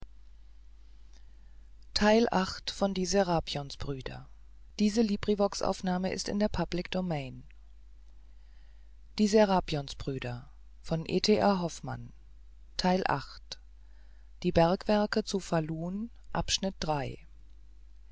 die bergwerke zu